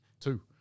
two